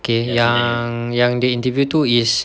okay yang dia interview tu is